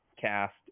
cast